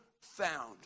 found